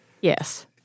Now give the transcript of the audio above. Yes